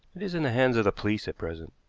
it is in the hands of the police at present,